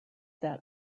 that